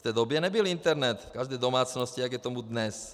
V té době nebyl internet v každé domácnosti, jako je tomu dnes.